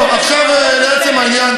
טוב, עכשיו לעצם העניין.